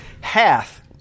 hath